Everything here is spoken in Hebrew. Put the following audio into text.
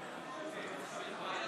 ההצבעה: בעד,